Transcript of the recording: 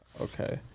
Okay